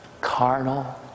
carnal